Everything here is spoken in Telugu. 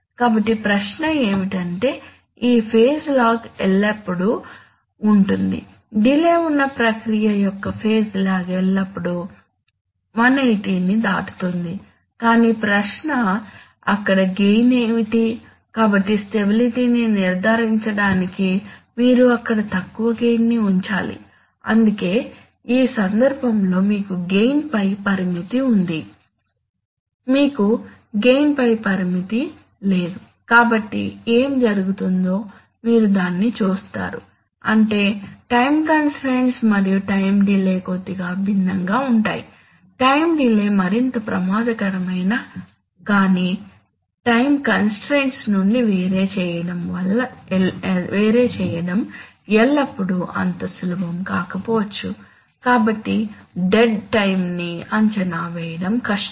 కాబట్టి ప్రశ్న ఏమిటంటే ఈ ఫేజ్ లాగ్ ఎల్లప్పుడూ ఉంటుంది డిలే ఉన్న ప్రక్రియ యొక్క ఫేజ్ లాగ్ ఎల్లప్పుడూ 180 ని దాటుతుంది కానీ ప్రశ్న అక్కడ గెయిన్ ఏమిటి కాబట్టి స్టెబిలిటీ ని నిర్ధారించడానికి మీరు అక్కడ తక్కువ గెయిన్ ని ఉంచాలి అందుకే ఈ సందర్భంలో మీకు గెయిన్ పై పరిమితి ఉంది మీకు గెయిన్ పై పరిమితి లేదు కాబట్టి ఏమి జరుగుతుందో మీరు దాన్ని చూస్తారు అంటే టైం కంస్ట్రయిన్ట్స్ మరియు టైం డిలే కొద్దిగా భిన్నంగా ఉంటాయి టైం డిలే మరింత ప్రమాదకరమే కాని టైం కంస్ట్రయిన్ట్స్ నుండి వేరు చేయడం ఎల్లప్పుడూ అంత సులభం కాకపోవచ్చు కాబట్టి డెడ్ టైం ని అంచనా వేయడం కష్టం